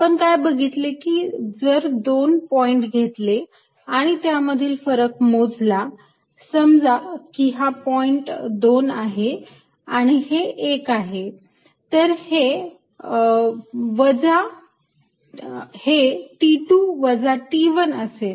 आपण काय बघितले की मी जर दोन पॉईंट घेतले आणि त्यामधील फरक मोजला समजा की हा पॉईंट 2 आहे आणि हे 1 आहे तर हे T2 वजा T1 असेल